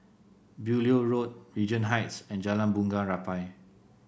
Beaulieu Road Regent Heights and Jalan Bunga Rampai